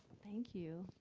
thank you.